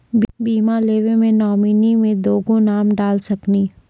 बीमा लेवे मे नॉमिनी मे दुगो नाम डाल सकनी?